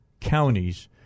counties